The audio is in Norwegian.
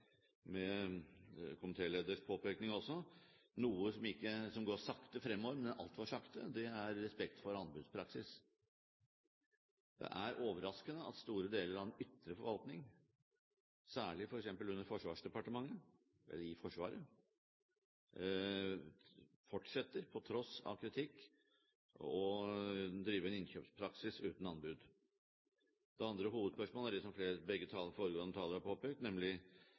påpekning også. Noe som går sakte fremover, man altfor sakte, er respekt for anbudspraksis. Det er overraskende at store deler av den ytre forvaltning, særlig f.eks. under Forsvarsdepartementet eller i Forsvaret, fortsetter, på tross av kritikk, å drive en innkjøpspraksis uten anbud. Det andre hovedspørsmålet er det som begge foregående talere har påpekt, nemlig